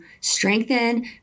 strengthen